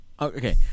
okay